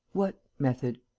what method?